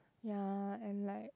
ya and like